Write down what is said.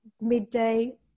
midday